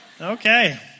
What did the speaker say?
Okay